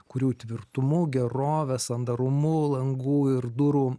kurių tvirtumu gerove sandarumu langų ir durų